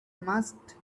must